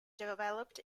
developed